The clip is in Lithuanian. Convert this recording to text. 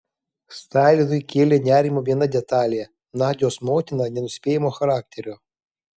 stalinui kėlė nerimą viena detalė nadios motina nenuspėjamo charakterio